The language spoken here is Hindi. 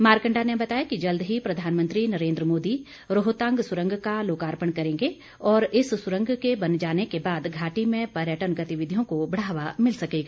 मारकंडा ने बताया कि जल्द ही प्रधानमंत्री नरेन्द्र मोदी रोहतांग सुरंग का लोकार्पण करेंगे और इस सुरंग के बन जाने के बाद घाटी में पर्यटन गतिविधियों को बढ़ावा मिल सकेगा